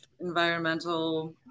environmental